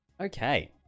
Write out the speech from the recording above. Okay